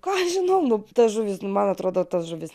ką žinau nu ta žuvis nu man atrodo ta žuvis